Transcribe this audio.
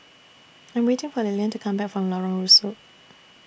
I'm waiting For Lilian to Come Back from Lorong Rusuk